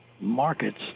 markets